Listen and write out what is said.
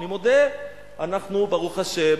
אני מודה, אנחנו ברוך השם,